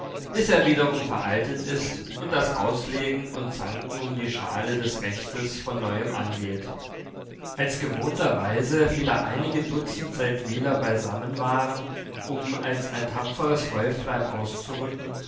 bis er wiederum veraltet ist und das auslegen und zanken um die schale des rechtes von neuem angeht als gewohnterweise wieder einige dutzend seldwyler beisammen waren um als ein tapferes häuflein auszurücken